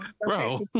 Bro